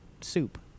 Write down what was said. soup